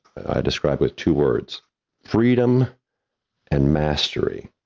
i described with two words freedom and mastery.